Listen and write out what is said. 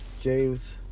James